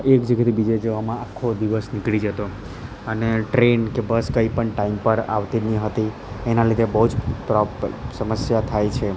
એક જગેથી બીજે જવામાં આખો દિવસ નીકળી જતો અને ટ્રેન કે બસ કંઈ પણ ટાઈમ પર આવતી નહીં હતી એના લીધે બહુ જ પ્રો સમસ્યા થાય છે